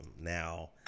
Now